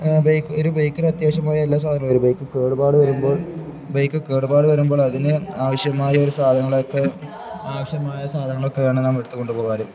bike ഒരു ബൈക്കിന് അത്യാവശ്യമായ എല്ലാ സാധനവും വരും ബൈക്ക് കേടുപാട് വരുമ്പോൾ ബൈക്ക് കേടുപാട് വരുമ്പോൾ അതിന് ആവശ്യമായ ഒരു സാധനങ്ങളൊക്കെ ആവശ്യമായ സാധനങ്ങളൊക്കെയാണ് നമ്മള് എടുത്തു കൊണ്ടു പോകാറ്